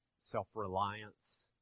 self-reliance